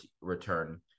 return